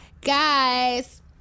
guys